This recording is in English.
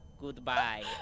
Goodbye